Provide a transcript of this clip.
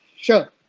Sure